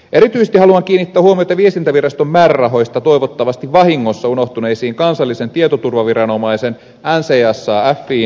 erityisesti haluan kiinnittää huomiota viestintäviraston määrärahoista toivottavasti vahingossa unohtuneisiin kansallisen tietoturvaviranomaisen ncsa fin määrärahoihin